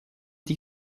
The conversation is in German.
die